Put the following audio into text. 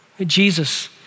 Jesus